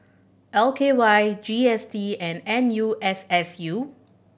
L K Y G S T and N U S S U